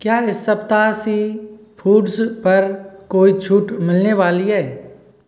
क्या इस सप्ताह सी फूड्स पर कोई छूट मिलने वाली है